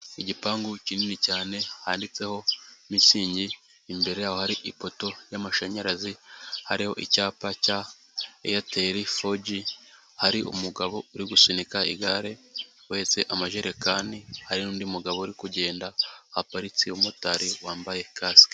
Igipangu kinini cyane handitseho mitsingi, imbere yaho hariho ipoto y'amashanyarazi, hariho icyapa cya eyateri foji, hari umugabo uri gusunika igare uhetse amajerekani, hari n'undi mugabo uri kugenda, haparitse umumotari wambaye casike.